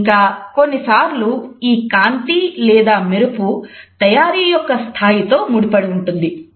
ఇంకా కొన్నిసార్లు ఈ కాంతి లేదా మెరుపు తయారీ యొక్క స్థాయితో ముడిపడి ఉంటుంది